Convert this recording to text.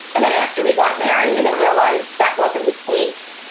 and then after we got married, i realized that wasn't the case.